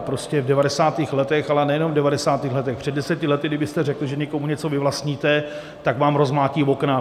Prostě v 90. letech, ale nejen v 90. letech, před deseti lety kdybyste řekli, že někomu něco vyvlastníte, tak vám rozmlátí okna.